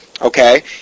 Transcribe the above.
okay